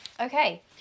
Okay